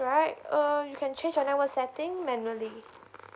right uh you can change whenever settings manually